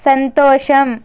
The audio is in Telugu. సంతోషం